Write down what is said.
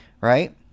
right